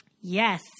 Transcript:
Yes